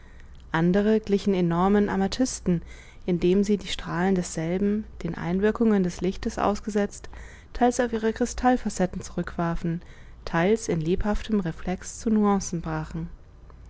andere glichen enormen amathysten indem sie die strahlen desselben den einwirkungen des lichtes ausgesetzt theils auf ihre krystallfacetten zurückwarfen theils in lebhaftem reflex zu nuancen brachen